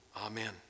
Amen